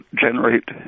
generate